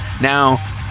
Now